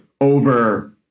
over